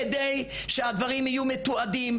כדי שהדברים יהיו מתועדים,